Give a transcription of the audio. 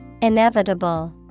Inevitable